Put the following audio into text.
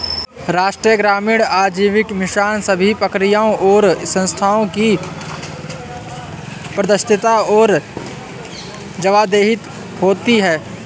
राष्ट्रीय ग्रामीण आजीविका मिशन सभी प्रक्रियाओं और संस्थानों की पारदर्शिता और जवाबदेही होती है